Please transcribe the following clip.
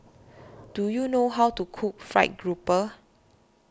do you know how to cook Fried Grouper